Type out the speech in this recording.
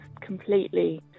completely